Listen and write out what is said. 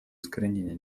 искоренения